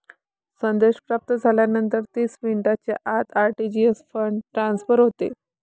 संदेश प्राप्त झाल्यानंतर तीस मिनिटांच्या आत आर.टी.जी.एस फंड ट्रान्सफर होते